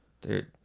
dude